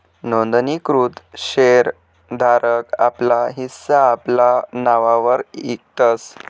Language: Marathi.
नोंदणीकृत शेर धारक आपला हिस्सा आपला नाववर इकतस